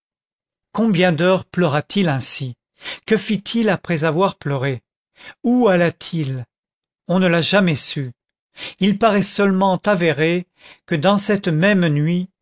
combien d'heures pleura t il ainsi que fit-il après avoir pleuré où alla t il on ne l'a jamais su il paraît seulement avéré que dans cette même nuit